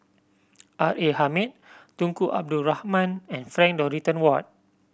R A Hamid Tunku Abdul Rahman and Frank Dorrington Ward